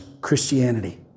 Christianity